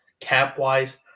cap-wise